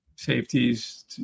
safeties